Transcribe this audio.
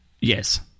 Yes